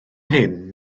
hyn